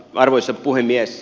arvoisa puhemies